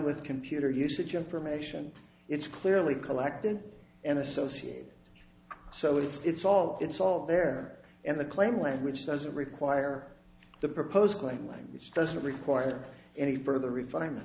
with computer usage information it's clearly collected and associate so it's all it's all there and the claim language doesn't require the proposed plain language doesn't require any further ref